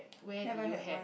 never had one